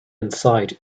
inside